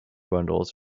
bundles